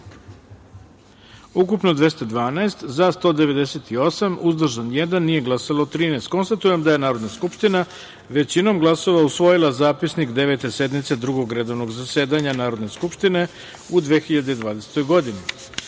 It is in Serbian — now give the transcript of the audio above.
ukupno 212, za – 198, uzdržan – jedan, nije glasalo – 13.Konstatujem da je Narodna skupština većinom glasova usvojila Zapisnik Devete sednice Drugog redovnog zasedanja Narodne skupštine u 2020.